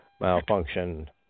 malfunction